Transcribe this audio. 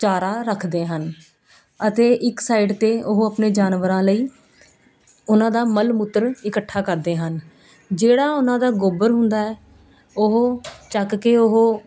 ਚਾਰਾ ਰੱਖਦੇ ਹਨ ਅਤੇ ਇੱਕ ਸਾਈਡ 'ਤੇ ਉਹ ਆਪਣੇ ਜਾਨਵਰਾਂ ਲਈ ਉਹਨਾਂ ਦਾ ਮਲ ਮੂਤਰ ਇਕੱਠਾ ਕਰਦੇ ਹਨ ਜਿਹੜਾ ਉਹਨਾਂ ਦਾ ਗੋਬਰ ਹੁੰਦਾ ਹੈ ਉਹ ਚੱਕ ਕੇ ਉਹ